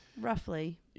roughly